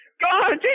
God